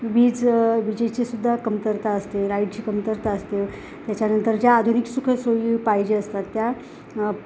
वीज विजेचीसुद्धा कमतरता असते लाईटची कमतरता असते त्याच्यानंतर ज्या आधुनिक सुखसोयी पाहिजे असतात त्या